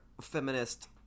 feminist